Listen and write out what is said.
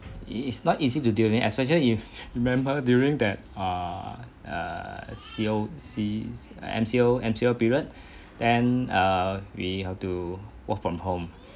it is not easy to deal with especially if remember during that err err C O C M_C_O M_C_O period then err we have to work from home